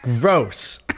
Gross